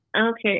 Okay